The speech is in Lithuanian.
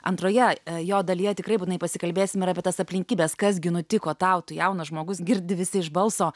antroje jo dalyje tikrai būtinai pasikalbėsim ir apie tas aplinkybes kas gi nutiko tau tu jaunas žmogus girdi visi iš balso